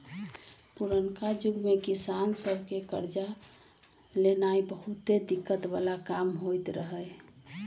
पुरनका जुग में किसान सभ के लेल करजा लेनाइ बहुते दिक्कत् बला काम होइत रहै